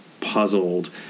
puzzled